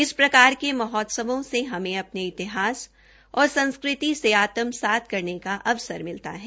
इस प्रकार के महोत्सवों से हमे अपने इतिहास और संस्कृति से आत्मसात करने का अवसर मिलता है